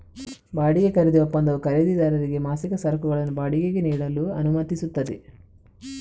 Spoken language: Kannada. ಬಾಡಿಗೆ ಖರೀದಿ ಒಪ್ಪಂದವು ಖರೀದಿದಾರರಿಗೆ ಮಾಸಿಕ ಸರಕುಗಳನ್ನು ಬಾಡಿಗೆಗೆ ನೀಡಲು ಅನುಮತಿಸುತ್ತದೆ